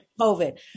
COVID